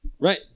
Right